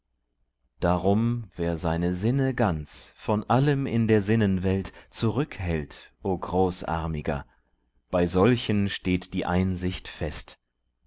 darum wer seine sinne ganz von allem in der sinnenwelt zurückhält o großarmiger bei solchen steht die einsicht fest